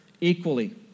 equally